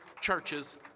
churches